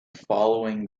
following